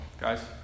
guys